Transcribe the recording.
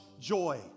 joy